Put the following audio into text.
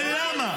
ולמה?